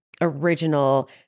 original